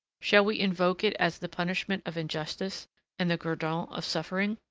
shall we invoke it as the punishment of injustice and the guerdon of suffering?